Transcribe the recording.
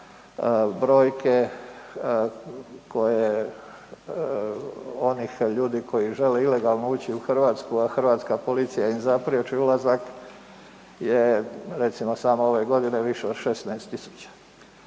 brojke onih ljudi koji žele ilegalno ući u Hrvatsku a hrvatska policija im zapriječi ulazak je recimo samo ove godine više od 16 000.